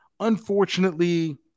unfortunately